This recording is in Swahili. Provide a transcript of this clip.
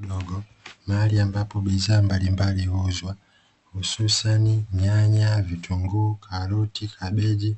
Duka dogo mahali ambapo bidhaa mbalimbali uuzwa hususani nyanya, vitunguu, karoti, kabeji